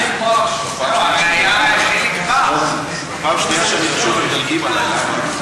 כבר פעם שנייה שאני רשום ומדלגים עלי, למה?